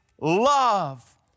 love